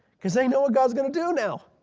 because i know what god's going to do now.